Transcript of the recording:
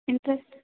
interest